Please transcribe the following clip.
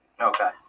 Okay